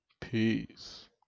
peace